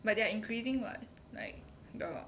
but they are increasing [what] like the